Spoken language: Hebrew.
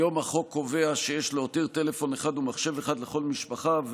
היום החוק קובע שיש להותיר טלפון אחד ומחשב אחד לכל משפחה,